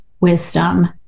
wisdom